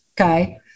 Okay